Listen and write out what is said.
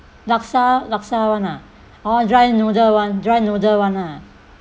laksa laksa [one] ah oh dry noodle one dry noodle [one] lah